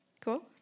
Cool